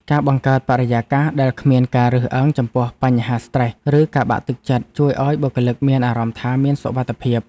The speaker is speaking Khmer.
ការបង្កើតបរិយាកាសដែលគ្មានការរើសអើងចំពោះបញ្ហាស្រ្តេស ឬការបាក់ទឹកចិត្តជួយឱ្យបុគ្គលិកមានអារម្មណ៍ថាមានសុវត្ថិភាព។